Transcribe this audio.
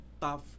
tough